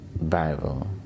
Bible